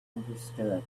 understood